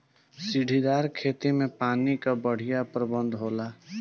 सीढ़ीदार खेती में पानी कअ बढ़िया प्रबंध होला